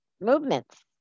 movements